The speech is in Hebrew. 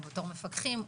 מפקחים,